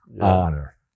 honor